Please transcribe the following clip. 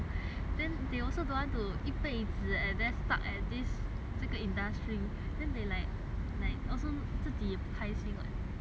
子 and then stuck at this 这个 industry then they like like also 自己也不开心 [what]